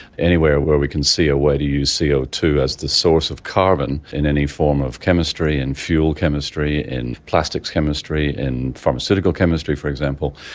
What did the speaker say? anywhere where we can see a way to use c o two as the source of carbon in any form of chemistry and fuel chemistry, in plastics chemistry, in pharmaceutical chemistry for example,